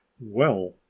Well